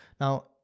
Now